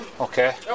Okay